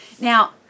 Now